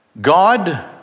God